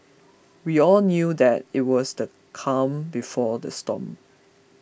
we all knew that it was the calm before the storm